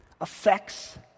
affects